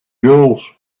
jewels